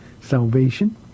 salvation